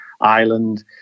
Ireland